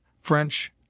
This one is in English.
French